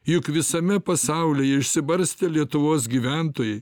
juk visame pasaulyje išsibarstę lietuvos gyventojai